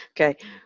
Okay